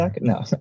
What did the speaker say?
no